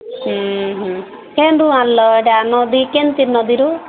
ଉଁ ହୁଁ କେଉଁଠୁ ଆଣିଲ ଏଇଟା ନଦୀ କେମିତି ନଦୀରୁ